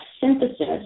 synthesis